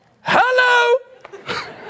Hello